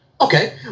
Okay